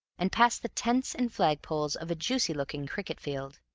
and past the tents and flag-poles of a juicy-looking cricket-field,